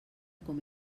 com